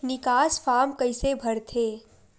निकास फारम कइसे भरथे?